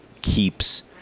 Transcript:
keeps